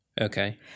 Okay